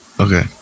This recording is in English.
okay